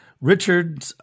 Richard